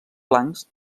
blancs